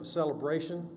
celebration